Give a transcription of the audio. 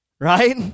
Right